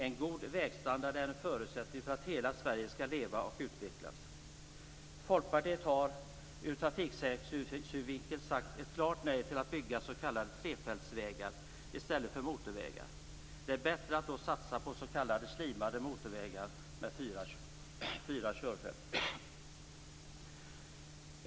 En god vägstandard är en förutsättning för att hela Sverige skall leva och utvecklas. Folkpartiet har ur trafiksäkerhetssynpunkt sagt ett klart nej till att bygga s.k. trefältsvägar i stället för motorvägar. Det är bättre att då satsa på s.k. slimmade motorvägar med fyra körfält.